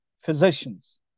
physicians